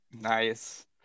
Nice